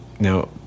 Now